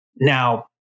Now